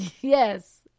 yes